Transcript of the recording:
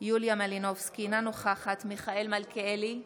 יוליה מלינובסקי, אינה נוכחת מיכאל מלכיאלי,